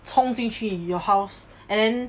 冲进去 your house and then